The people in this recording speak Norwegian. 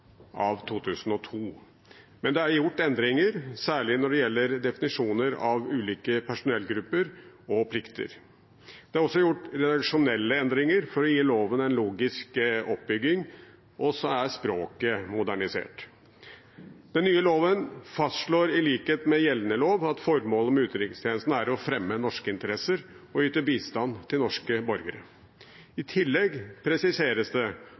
av 2002, men det er gjort endringer, særlig når det gjelder definisjoner av ulike personellgrupper og deres plikter. Det er også gjort redaksjonelle endringer for å gi loven en logisk oppbygging, og så er språket modernisert. Den nye loven fastslår, i likhet med gjeldende lov, at formålet med utenrikstjenesten er å fremme norske interesser og yte bistand til norske borgere. I tillegg presiseres det